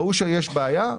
ראו שיש בעיה,